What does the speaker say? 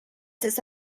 tres